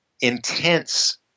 intense